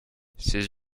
ses